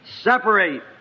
Separate